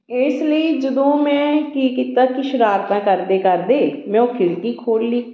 ਇਸ ਲਈ ਜਦੋਂ ਮੈਂ ਕੀ ਕੀਤਾ ਕਿ ਸ਼ਰਾਰਤਾਂ ਕਰਦੇ ਕਰਦੇ ਮੈਂ ਉਹ ਖਿੜਕੀ ਖੋਲ ਲਈ